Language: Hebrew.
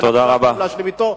ואני לא יכול להשלים אתו.